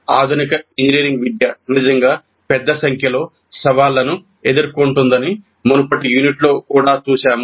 ఆధునిక ఇంజనీరింగ్ విద్య నిజంగా పెద్ద సంఖ్యలో సవాళ్లను ఎదుర్కొంటుందని మునుపటి యూనిట్లో కూడా చూశాము